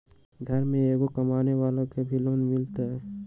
घर में एगो कमानेवाला के भी लोन मिलहई?